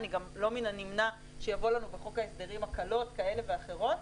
גם לא מן הנמנע שיבואו בחוק ההסדרים הקלות כאלה ואחרות.